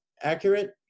accurate